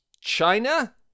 China